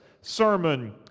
sermon